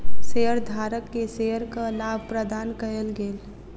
शेयरधारक के शेयरक लाभ प्रदान कयल गेल